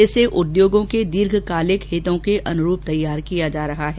इसे उद्योगों के दीर्घकालिक हितों के अनुरूप तैयार किया जा रहा है